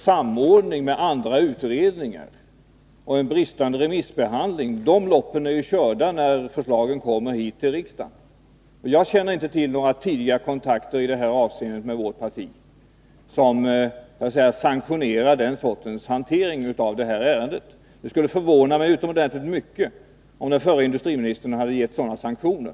Samordning med andra utredningar och en bristande remissbehandling, de loppen är ju körda när förslagen kommer hit till riksdagen. Jag känner inte till några tidigare kontakter i detta avseende med vårt parti där man sanktionerat den sortens hantering av detta ärende. Det skulle förvåna mig utomordentligt mycket om den förre industriministern hade gett sådana sanktioner.